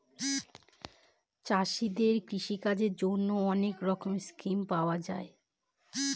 চাষীদের কৃষিকাজের জন্যে অনেক রকমের স্কিম পাওয়া যায়